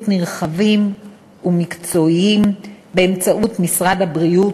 נרחבים ומקצועיים באמצעות משרד הבריאות,